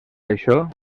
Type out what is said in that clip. això